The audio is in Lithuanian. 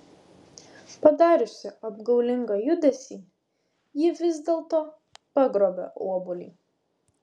padariusi apgaulingą judesį ji vis dėlto pagrobia obuolį